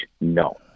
No